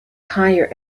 higher